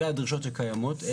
אלה הדרישות שקיימות.